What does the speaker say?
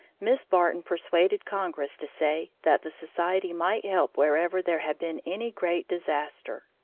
miss barton persuaded congress to say that the society might help wherever there had been any great disaster.